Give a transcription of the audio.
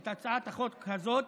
את הצעת החוק הזאת.